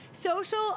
social